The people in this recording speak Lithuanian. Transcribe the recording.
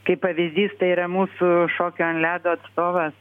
kaip pavyzdys tai yra mūsų šokio ant ledo atstovas